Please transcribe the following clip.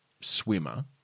swimmer